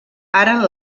ara